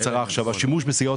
השימוש בסיגריות